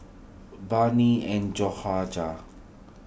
Barney and Jahorja